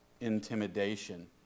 intimidation